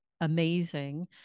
amazing